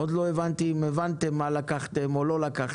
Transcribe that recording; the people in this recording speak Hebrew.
עוד לא הבנתי אם הבנתם מה לקחתם או לא לקחתם.